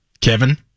Kevin